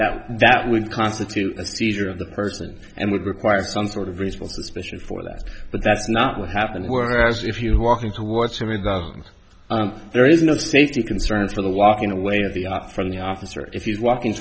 vehicle that would constitute a seizure of the person and would require some sort of reasonable suspicion for that but that's not what happened whereas if you walking towards i mean there is no safety concerns for the walking away or the from the officer if he's walking